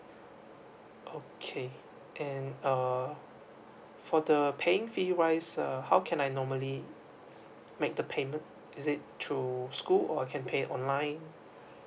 okay and uh for the paying fee wise err how can I normally make the payment is it through school or I can pay online